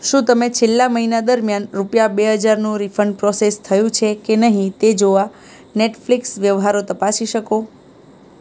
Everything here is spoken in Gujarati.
શું તમે છેલ્લા મહીના દરમિયાન રૂપિયા બે હજારનું રીફંડ પ્રોસેસ થયું છે કે નહીં તે જોવા નેટફ્લીક્સ વ્યવહારો તપાસી શકો